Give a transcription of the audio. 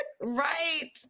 Right